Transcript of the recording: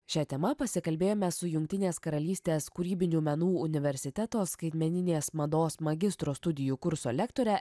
šia tema pasikalbėjome su jungtinės karalystės kūrybinių menų universiteto skaitmeninės mados magistro studijų kurso lektore